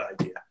idea